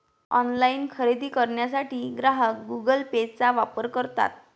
online खरेदी करण्यासाठी ग्राहक गुगल पेचा वापर करतात